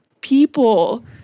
people